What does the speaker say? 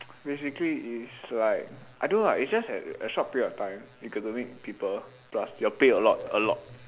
basically is like I don't know ah is just that a short period of time you got to meet people plus your pay a lot a lot